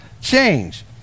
change